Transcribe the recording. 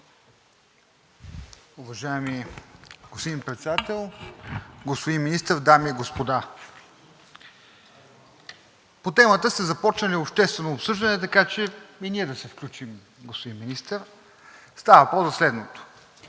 Уважаеми господин Председател, господин Министър, дами и господа! По темата са започнали обществено обсъждане, така че и ние да се включим, господин Министър. Става въпрос за следното.